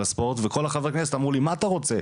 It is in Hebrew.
וכל החברי כנסת אמרו לי מה אתה רוצה,